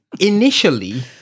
initially